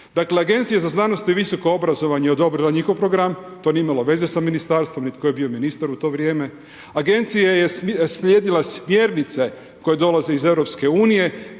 Dakle, Agencija za znanost i visoko obrazovanje je odobrila njihov program, to nije imali veze sa ministarstvo ni tko je bio ministar u to vrijeme. Agencija je slijedila smjernice koje dolaze iz EU-a